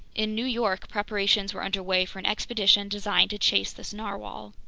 in new york preparations were under way for an expedition designed to chase this narwhale.